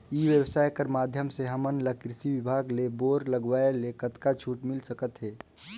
ई व्यवसाय कर माध्यम से हमन ला कृषि विभाग ले बोर लगवाए ले कतका छूट मिल सकत हे?